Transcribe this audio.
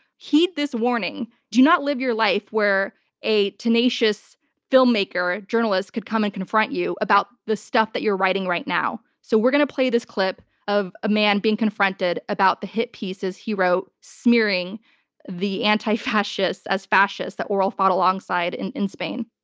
heed this warning do not live your life where a tenacious filmmaker or a journalist could come and confront you about the stuff that you're writing right now. so we're going to play this clip of a man being confronted about the hit pieces he wrote smearing the anti-fascists as fascists that were all fought alongside in in spain.